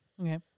Okay